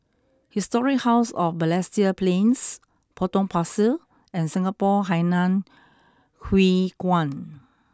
Historic House of Balestier Plains Potong Pasir and Singapore Hainan Hwee Kuan